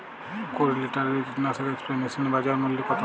কুরি লিটারের কীটনাশক স্প্রে মেশিনের বাজার মূল্য কতো?